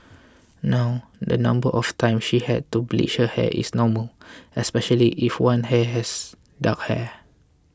now the number of times she had to bleach her hair is normal especially if one hair has dark hair